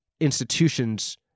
institutions